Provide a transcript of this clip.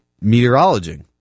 meteorology